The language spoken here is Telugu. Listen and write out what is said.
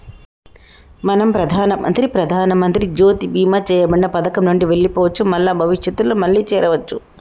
మనం ప్రధానమంత్రి ప్రధానమంత్రి జ్యోతి బీమా చేయబడిన పథకం నుండి వెళ్లిపోవచ్చు మల్ల భవిష్యత్తులో మళ్లీ చేరవచ్చు